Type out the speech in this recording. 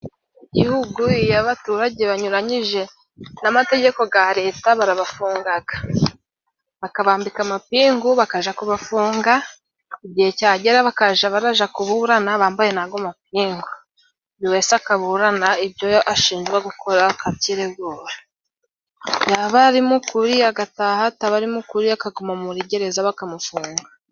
Mu gihugu, iyo abaturage banyuranyije n'amategeko ga Leta barabafungaga, bakabambika amapingu bakaja kubafunga, igihe cyagera bakaja baraja kuburana bambaye n'ago mapingu. Buri wese akaburana ibyo ashinjwa gukora akabyiregura, yaba ari mu kuri agataha, ataba ari mu kuri akaguma muri gereza bakamufunga.